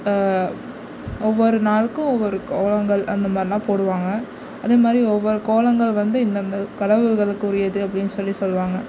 ஒவ்வொரு நாளுக்கும் ஒவ்வொரு கோலங்கள் அந்த மாதிரிலாம் போடுவாங்க அதே மாதிரி ஒவ்வொரு கோலங்கள் வந்து இந்தந்த கடவுள்களுக்கு உரியது அப்படின்னு சொல்லி சொல்லுவாங்க